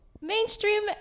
Mainstream